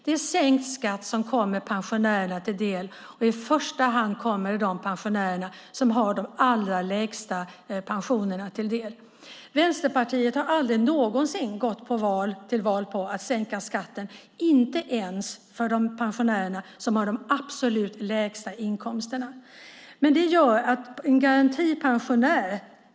Det är sänkt skatt som kommer pensionärerna till del och i första hand dem som har de allra lägsta pensionerna. Vänsterpartiet har aldrig någonsin gått till val på att sänka skatten, inte ens för de pensionärer som har de absolut lägsta inkomsterna.